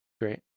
great